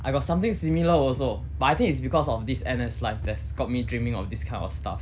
I got something similar also but I think it's because of this N_S life that's got me dreaming of this kind of stuff